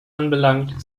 anbelangt